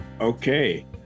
Okay